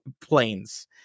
planes